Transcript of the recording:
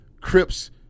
Crips